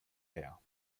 her